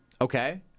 Okay